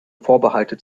vorbehalte